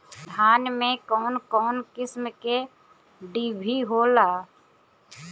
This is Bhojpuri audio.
धान में कउन कउन किस्म के डिभी होला?